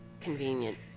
convenient